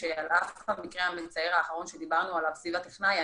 שעל אף המקרה המצער האחרון שדיברנו עליו סביב הטכנאי,